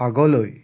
আগলৈ